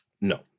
No